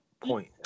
point